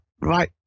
right